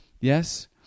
Yes